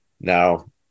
Now